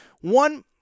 One